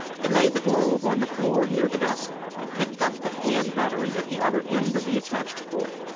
he laid the globe on the floor near the desk and picked up the hand battery at the other end of the attached cord.